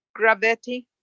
Gravetti